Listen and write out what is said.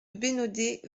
bénodet